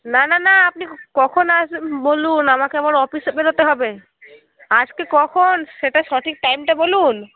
না না না আপনি কখন আসবেন বলুন আমাকে আবার অফিসে বেরোতে হবে আজকে কখন সেটার সঠিক টাইমটা বলুন